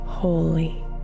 holy